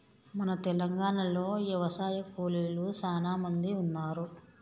మన తెలంగాణలో యవశాయ కూలీలు సానా మంది ఉన్నారు